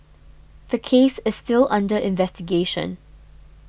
the case is still under investigation